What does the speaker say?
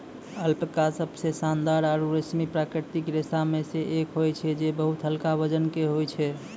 alpaca सबसें शानदार आरु रेशमी प्राकृतिक रेशा म सें एक होय छै जे बहुत हल्का वजन के होय छै